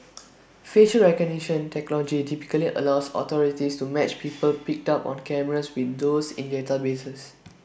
facial recognition technology typically allows authorities to match people picked up on cameras with those in databases